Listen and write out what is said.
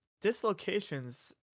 dislocations